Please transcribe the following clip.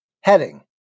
heading